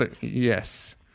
Yes